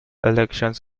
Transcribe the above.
elections